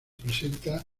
presenta